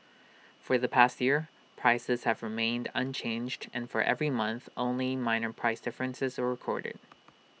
for the past year prices have remained unchanged and for every month only minor price differences are recorded